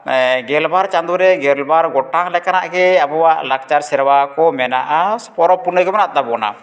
ᱜᱮᱞᱵᱟᱨ ᱪᱟᱸᱫᱳᱨᱮ ᱜᱮᱞᱵᱟᱨ ᱜᱚᱴᱟᱝ ᱞᱮᱠᱟᱱᱟᱜ ᱜᱮ ᱟᱵᱚᱣᱟᱜ ᱞᱟᱠᱪᱟᱨ ᱥᱮᱨᱶᱟ ᱠᱚ ᱢᱮᱱᱟᱜᱼᱟ ᱯᱚᱨᱚᱵᱽ ᱯᱩᱱᱟᱹᱭ ᱠᱚ ᱢᱮᱱᱟᱜ ᱛᱟᱵᱚᱱᱟ